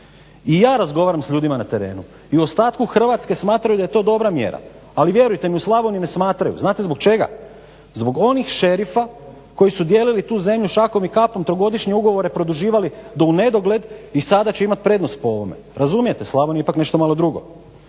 I ja razgovaram sa ljudima na terenu i u ostatku Hrvatske smatraju da je to dobra mjera ali vjerujte u Slavoniji ne smatraju, znate zbog čega? Zbog onih šerifa koji su dijelili tu zemlju šakom i kapom, trogodišnje ugovore produživali do u nedogled i sada će imati prednost po ovome. Razumijete? Slavonija je ipak nešto malo drugo.